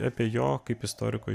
apie jo kaip istoriko